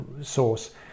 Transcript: source